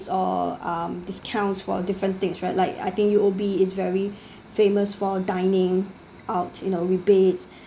or um discounts for different things right like I think U_O_B is very famous for dining out you know rebates